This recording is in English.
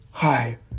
Hi